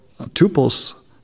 tuples